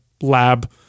lab